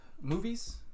movies